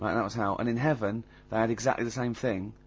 um that was hell, and in heaven they had exactly the same thing,